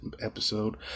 episode